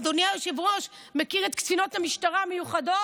אדוני היושב-ראש, מכיר את קצינות המשטרה המיוחדות?